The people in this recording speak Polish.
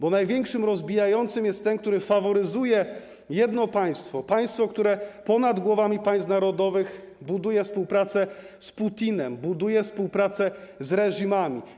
Bo największym rozbijającym jest ten, który faworyzuje jedno państwo, państwo, które ponad głowami państw narodowych buduje współpracę z Putinem, buduje współpracę z reżimami.